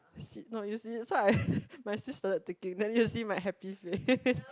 no you see so I my sis started taking then you will see my happy face